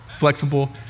flexible